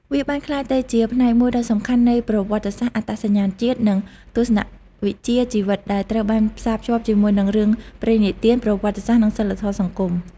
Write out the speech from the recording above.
វាបានក្លាយទៅជាផ្នែកមួយដ៏សំខាន់នៃប្រវត្តិសាស្ត្រ អត្តសញ្ញាណជាតិ និង ទស្សនវិជ្ជាជីវិត ដែលត្រូវបានផ្សារភ្ជាប់ជាមួយនឹងរឿងព្រេងនិទាន ប្រវត្តិសាស្ត្រ និងសីលធម៌សង្គម។